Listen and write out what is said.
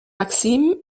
maxime